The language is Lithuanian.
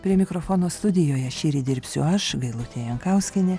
prie mikrofono studijoje šįryt dirbsiu aš gailutė jankauskienė